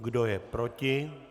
Kdo je proti?